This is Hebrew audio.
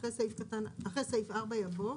אחרי סעיף 4 יבוא: